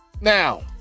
Now